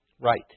Right